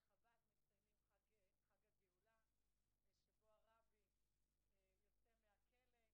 בחב"ד מציינים את חג הגאולה שבו הרבי יצא מן הכלא,